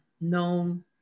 known